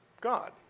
God